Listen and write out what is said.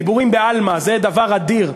דיבורים בעלמא זה דבר אדיר,